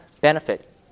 benefit